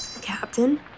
Captain